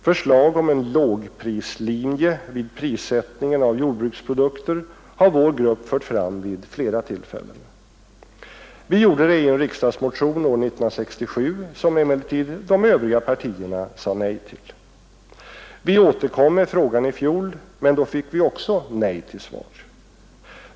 Förslag om en lågprislinje vid prissättningen av jordbruksprodukter har vår grupp fört fram vid flera tillfällen. Vi gjorde det i en riksdagsmotion år 1967, som emellertid de övriga partierna sade nej till. Vi återkom med frågan i fjol, men då fick vi också nej till svar.